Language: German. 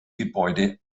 gebäude